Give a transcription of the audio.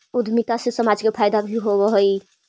उद्यमिता से समाज के फायदा भी होवऽ हई